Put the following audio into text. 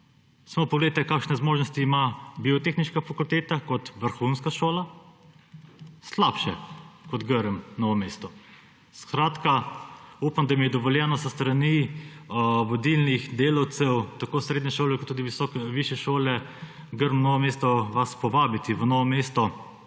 Samo poglejte, kakšne zmožnosti ima Biotehniška fakulteta kot vrhunska šola. Slabše kot Grm Novo mesto. Upam, da mi je dovoljeno s strani vodilnih delavcev tako srednje šole kot višje šole Grm Novo mesto vas povabiti v Novo mesto,